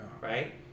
right